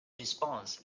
response